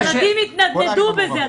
ילדים התנדנדו בזה.